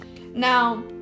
Now